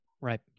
right